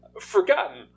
forgotten